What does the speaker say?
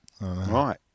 right